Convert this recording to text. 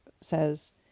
says